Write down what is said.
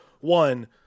one